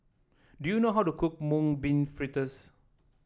do you know how to cook Mung Bean Fritters